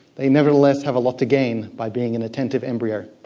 they nevertheless have a lot to gain by being an attentive embryo.